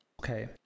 Okay